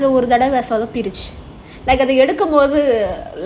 ah ah ah ஒரு தடவை சொதப்பிடுச்சு:oru thadava sothapiduchu